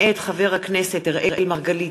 מאת חברי הכנסת אראל מרגלית,